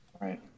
Right